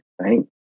right